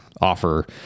offer